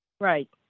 Right